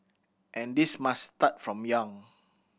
and this must start from young